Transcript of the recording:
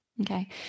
Okay